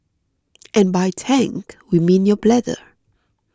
and by tank we mean your bladder